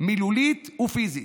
מילולית ופיזית,